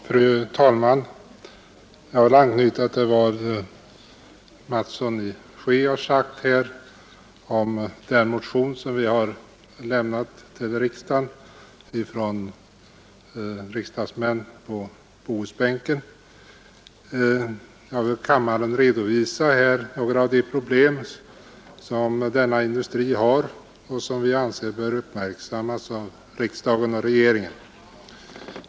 Fru talman! Jag vill anknyta till vad herr Mattsson i Skee har sagt här om den motion som har väckts av oss riksdagsmän på Bohusbänken, och jag skall för kammaren redovisa några av de problem som denna industri har och som vi anser bör uppmärksammas av riksdagen och regeringen.